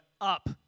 up